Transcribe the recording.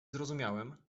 zrozumiałem